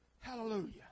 Hallelujah